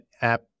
app